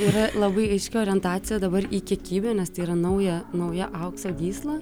yra labai aiški orientacija dabar į kiekybę nes tai yra nauja nauja aukso gysla